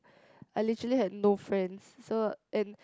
I literally had no friends so and